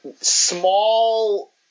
small